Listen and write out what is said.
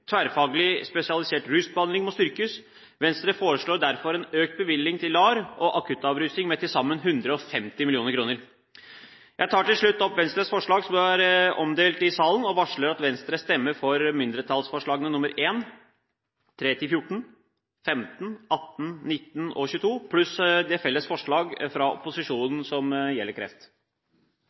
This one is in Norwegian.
tverrfaglig spesialisert rusbehandling må styrkes. Venstre foreslår derfor en økt bevilgning til LAR og akuttavrusning med til sammen 150 mill. kr. Jeg tar til slutt opp Venstres forslag som er omdelt i salen, og varsler at Venstre stemmer for mindretallsforslagene nr. 1, 3–14, 15, 18, 19 og 22 – pluss de felles forslag fra opposisjonen som gjelder kreft.